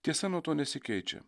tiesa nuo to nesikeičia